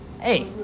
Hey